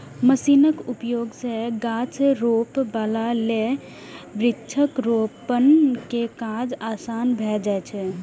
मशीनक उपयोग सं गाछ रोपै बला लेल वृक्षारोपण के काज आसान भए जाइ छै